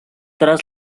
tras